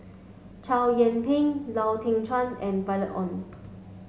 Chow Yian Ping Lau Teng Chuan and Violet Oon